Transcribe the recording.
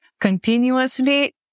continuously